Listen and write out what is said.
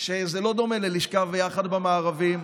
שזה לא דומה ללשכב יחד במארבים,